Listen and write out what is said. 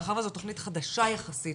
מאחר וזאת תוכנית חדשה יחסית,